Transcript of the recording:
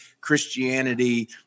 Christianity